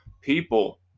people